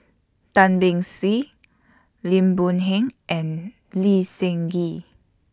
Tan Beng Swee Lim Boon Heng and Lee Seng Gee